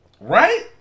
Right